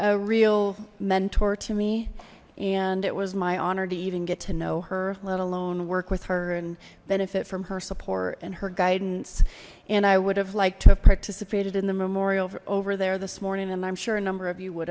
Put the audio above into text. real mentor to me and it was my honor to even get to know her let alone work with her and benefit from her support and her guidance and i would have liked to have participated in the memorial over there this morning and i'm sure a number of you would